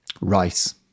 rice